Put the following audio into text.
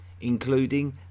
including